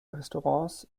restaurants